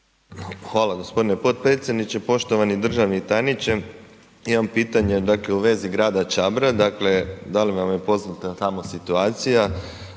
Hvala gospodine potpredsjedniče. Poštovani državni tajniče imam pitanje dakle u vezi grada Čabra, dakle da li vam je poznata tamo situacija